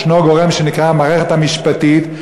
יש גורם שנקרא המערכת המשפטית,